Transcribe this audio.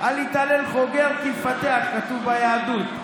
"אל יתהלל חוגר כמפתח", כתוב ביהדות.